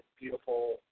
beautiful